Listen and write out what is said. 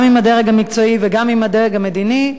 גם עם הדרג המקצועי וגם עם הדרג המדיני,